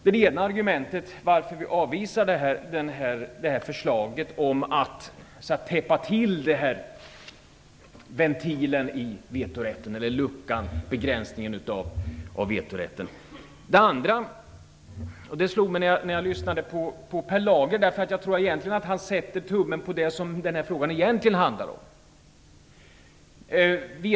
Detta är ett skäl till att vi avvisar förslaget om att täppa till den här ventilen i vetorätten. Jag tror att Per Lager sätter tummen på det som den här frågan egentligen handlar om.